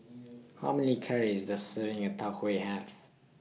How Many Calories Does A Serving of Tau Huay Have